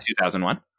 2001